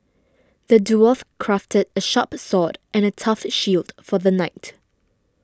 the dwarf crafted a sharp sword and a tough shield for the knight